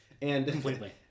Completely